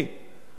אנחנו מאוד מאוד,